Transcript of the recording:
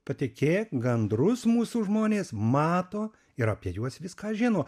patikėk gandrus mūsų žmonės mato ir apie juos viską žino